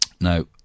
Now